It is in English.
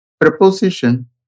preposition